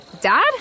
Dad